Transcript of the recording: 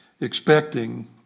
expecting